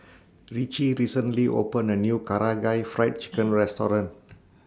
Richie recently opened A New Karaage Fried Chicken Restaurant